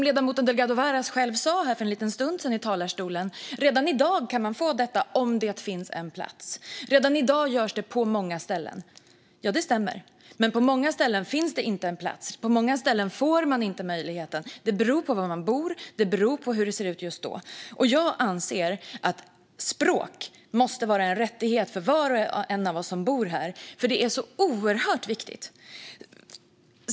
Ledamoten Delgado Varas sa själv för en stund sedan i talarstolen att man redan i dag kan få undervisning om det finns en plats. Det stämmer att det redan i dag finns undervisning på många ställen, men på många ställen finns inte en plats. På många ställen får man inte möjligheten. Det beror på var man bor och hur det ser ut just då. Jag anser att språk måste vara en rättighet för var och en av oss som bor här, för det är oerhört viktigt.